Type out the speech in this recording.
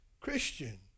Christian